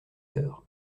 heures